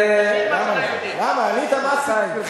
תשאיר, תשאיר משהו ליהודים.